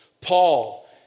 Paul